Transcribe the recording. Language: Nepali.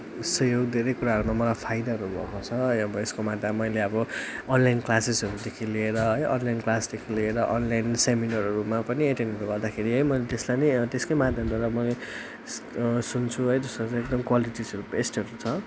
यस्तै हो धेरै कुराहरूमा मलाई फाइदाहरू भएको छ अब यस्कोमा मैले अब अनलाइन क्लासेसहरूदेखि लिएर है अनलाइन क्लासदेखि लिएर अनलाइन सेमिनरहरूमा पनि एटेन्डहरू गर्दाखेरि है मैले त्यसलाई नै त्यसकै माध्यमद्वारा मैले सुन्छु है त्यसको एकदम क्वालिटिजहरू बेस्टहरू छ